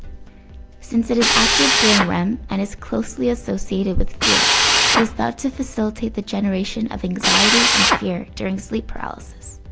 since it is active during rem and is closely associated with fear it is thought to facilitate the generation of anxiety and fear during sleep paralysis.